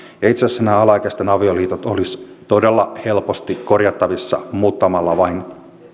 ja itse asiassa nämä alaikäisten avioliitot olisivat todella helposti korjattavissa muuttamalla vain